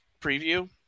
preview